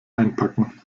einpacken